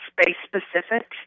space-specific